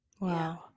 Wow